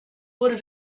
wurde